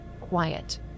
quiet